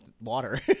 water